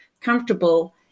comfortable